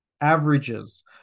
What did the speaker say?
averages